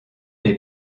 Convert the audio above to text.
les